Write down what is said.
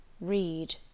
Read